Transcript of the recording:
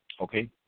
okay